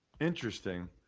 Interesting